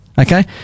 Okay